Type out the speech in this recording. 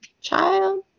child